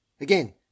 Again